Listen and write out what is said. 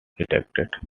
detected